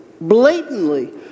blatantly